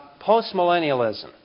Postmillennialism